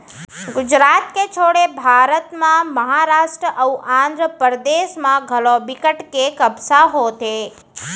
गुजरात के छोड़े भारत म महारास्ट अउ आंध्रपरदेस म घलौ बिकट के कपसा होथे